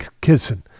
kissing